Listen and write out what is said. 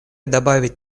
добавить